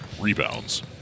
rebounds